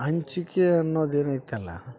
ಹಂಚಿಕೆ ಅನ್ನೋದು ಏನು ಐತಲ್ಲ